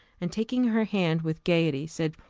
and, taking her hand with gaiety, said,